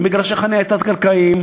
עם מגרשי חניה תת-קרקעיים,